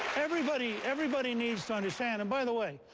everybody everybody needs to understand and by the way,